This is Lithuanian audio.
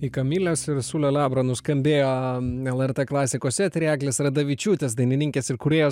į kamilės ir sulio labro nuskambėjo lrt klasikos eteryje eglės radavičiūtės dainininkės ir kūrėjos